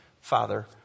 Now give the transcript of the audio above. father